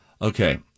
okay